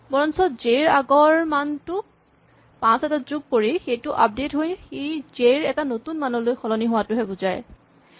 বৰঞ্চ জে ৰ আগৰ মানটোত ৫ এটা যোগ কৰি সেইটো আপডেট হৈ সি জে ৰ এটা নতুন মানলৈ সলনি হোৱাটোহে বুজাইছে